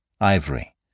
ivory